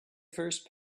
first